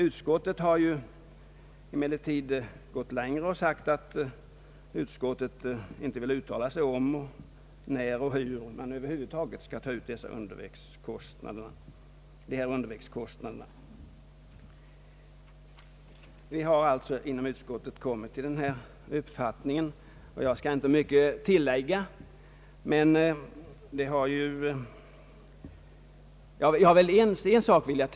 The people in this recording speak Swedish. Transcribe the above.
Utskottet har emellertid gått längre och sagt, att utskottet inte vill uttala sig om, när och hur man över huvud taget skall ta ut dessa undervägskostnader. Vi har i utskottet alltså kommit till denna uppfattning, och jag skall endast tillägga en sak.